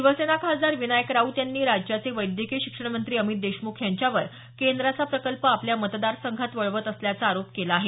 शिवसेना खासदार विनायक राऊत यांनी राज्याचे वैद्यकीय शिक्षणमंत्री अमित देशमुख यांच्यावर केंद्राचा प्रकल्प आपल्या मतदार संघात वळवत असल्याचा आरोप केला आहे